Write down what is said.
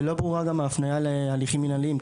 וגם לא ברורה ההפניה להליכים מינהליים.